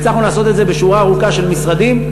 והצלחנו לעשות את זה בשורה ארוכה של משרדים.